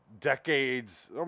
Decades